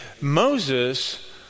Moses